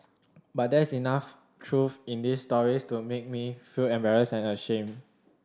but there is enough truth in these stories to make me feel embarrassed and ashamed